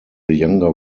younger